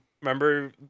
remember